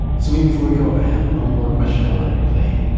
samin before we go, i have one more question i wanted to play you.